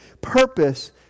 Purpose